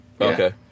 Okay